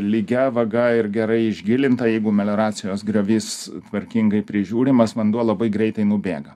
lygia vaga ir gerai išgilinta jeigu melioracijos griovys tvarkingai prižiūrimas vanduo labai greitai nubėga